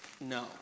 No